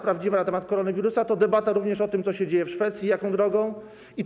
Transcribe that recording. Prawdziwa debata na temat koronawirusa to debata również o tym, co się dzieje w Szwecji, jaką drogą idzie.